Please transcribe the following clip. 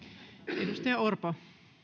arvoisa